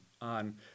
on